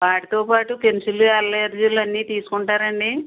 వాటితో పాటు పెన్సిళ్ళు ఎరేజర్లు అన్నీ తీసుకుంటారా అండి